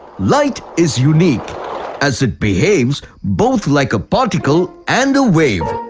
light is unique as it behaves both like a particle and a wave.